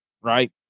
Right